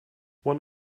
one